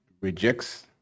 rejects